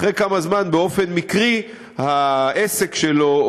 אחרי כמה זמן באופן מקרי העסק שלו,